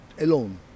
alone